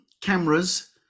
cameras